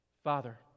Father